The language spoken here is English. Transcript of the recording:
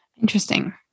Interesting